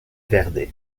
verde